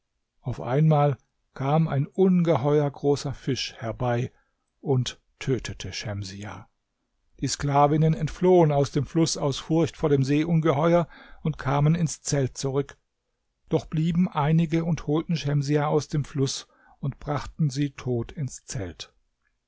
auf einmal kam ein ungeheuer großer fisch herbei und tötete schemsiah die sklavinnen entflohen aus dem fluß aus furcht vor dem seeungeheuer und kamen ins zelt zurück doch blieben einige und holten schemsiah aus dem fluß und brachten sie tot ins zelt